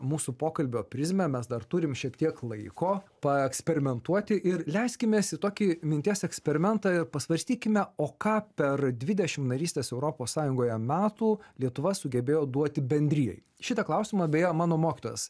mūsų pokalbio prizmę mes dar turim šiek tiek laiko paeksperimentuoti ir leiskimės į tokį minties eksperimentą ir pasvarstykime o ką per dvidešim narystės europos sąjungoje metų lietuva sugebėjo duoti bendrijai šitą klausimą beje mano mokytojas